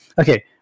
okay